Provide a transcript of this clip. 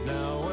Now